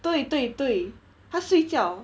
对对对他睡觉